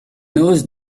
those